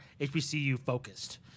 HBCU-focused